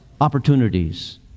opportunities